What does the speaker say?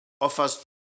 offers